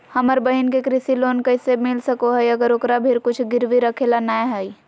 हमर बहिन के कृषि लोन कइसे मिल सको हइ, अगर ओकरा भीर कुछ गिरवी रखे ला नै हइ?